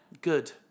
good